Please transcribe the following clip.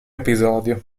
episodio